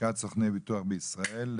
לשכת סוכני הביטוח בישראל.